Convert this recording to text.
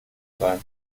sein